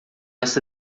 essa